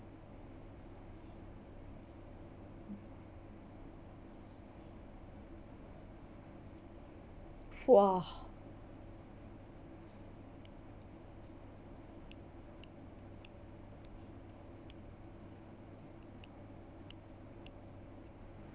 !wah!